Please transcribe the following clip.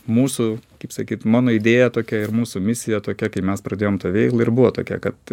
mūsų kaip sakyt mano idėja tokia ir mūsų misija tokia kaip mes pradėjom tą veiklą ir buvo tokia kad